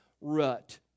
rut